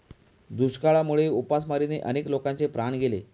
दुष्काळामुळे उपासमारीने अनेक लोकांचे प्राण गेले